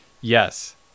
Yes